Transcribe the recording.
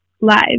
live